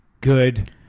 good